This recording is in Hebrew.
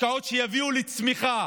השקעות שיביאו לצמיחה.